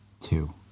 Two